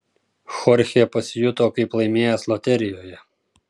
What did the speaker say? chorchė pasijuto kaip laimėjęs loterijoje